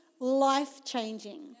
life-changing